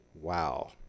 Wow